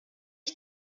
ich